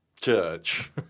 church